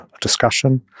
discussion